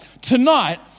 Tonight